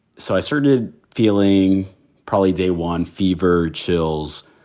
so i started feeling probably day one fever, chills,